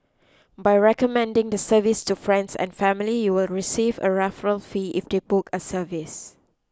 by recommending the service to friends and family you will receive a referral fee if they book a service